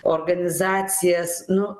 organizacijas nu